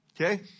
Okay